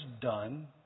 done